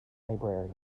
librarian